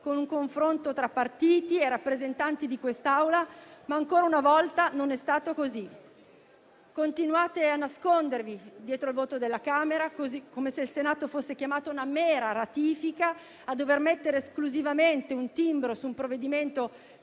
con un confronto tra partiti e rappresentanti di quest'Assemblea, ma ancora una volta non è stato così. Continuate a nascondervi dietro il voto della Camera, come se il Senato fosse chiamato a una mera ratifica, per mettere esclusivamente un timbro su un provvedimento